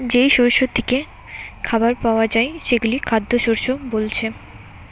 যেই শস্য থিকে খাবার পায়া যায় সেগুলো খাদ্যশস্য বোলছে